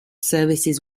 services